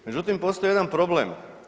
Međutim, postoji jedan problem.